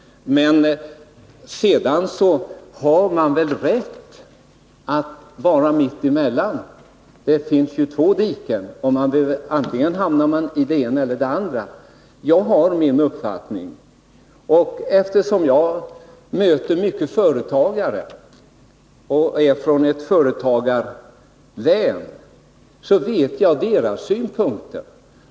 Men man har väl rätt att ha en uppfattning som ligger mitt emellan. Det finns två diken. Och man måste väl inte hamna antingen i det ena eller det andra. Jag har min uppfattning. Eftersom jag möter många företagare och är från ett företagarlän vet jag vilka synpunkter de har.